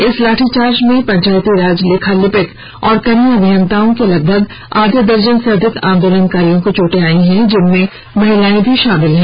इस लाठीचार्ज में पंचायती राज लेखा लिपिक और कनीय अभियताओं के लगभग आधे दर्जन से अधिक आंदोलनकारियों को चोटें आई हैं जिनमें महिलाएं भी शामिल हैं